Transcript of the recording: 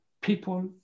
people